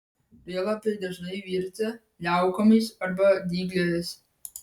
prielapiai dažnai virtę liaukomis arba dygliais